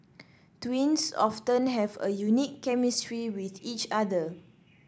twins often have a unique chemistry with each other